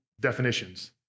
definitions